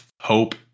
hope